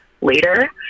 later